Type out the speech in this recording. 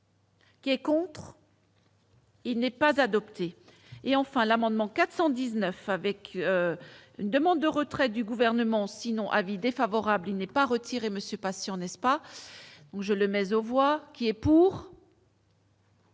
qui est pour. Il n'est pas adoptée et enfin l'amendement 419 avec une demande de retrait du gouvernement sinon avis défavorable, il n'est pas retiré Monsieur patients n'est-ce pas ou je le mais aux voix qui est pour.